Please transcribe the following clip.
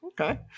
okay